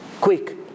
quick